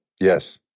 Yes